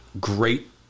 great